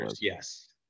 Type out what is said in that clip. Yes